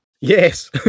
Yes